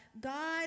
God